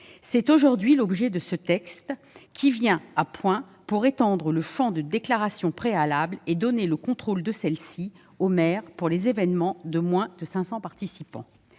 est aujourd'hui l'objet de ce texte, qui vient à point pour étendre le champ des déclarations préalables et donner le contrôle de celles-ci aux maires pour les événements rassemblant moins de 500 participants.